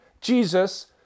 Jesus